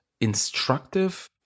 instructive